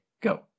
go